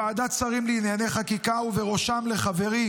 לוועדת שרים לענייני חקיקה, ובראשם לחברי